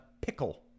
pickle